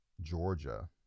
Georgia